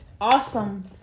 awesome